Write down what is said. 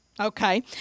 Okay